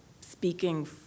speaking